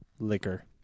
Liquor